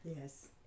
Yes